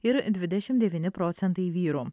ir dvidešim devyni procentai vyrų